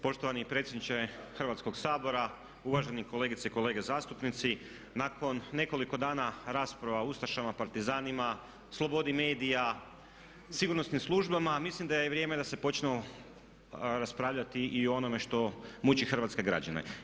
Poštovani predsjedniče Hrvatskog sabora, uvažene kolegice i kolege zastupnici nakon nekoliko dana rasprava o ustašama, partizanima, slobodi medija, sigurnosnim službama mislim da je vrijeme da se počne raspravljati i onome što muči hrvatske građane.